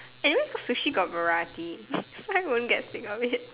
anyway for sushi got variety so I won't get sick of it